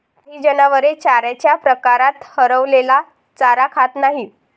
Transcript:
काही जनावरे चाऱ्याच्या प्रकारात हरवलेला चारा खात नाहीत